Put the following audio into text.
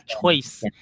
choice